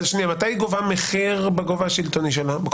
אז מתי היא גובה מחיר בכובע השלטוני שלה?